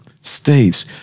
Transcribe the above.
states